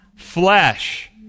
flesh